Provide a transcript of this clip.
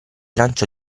lanciò